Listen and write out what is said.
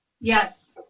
Yes